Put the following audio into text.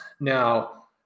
now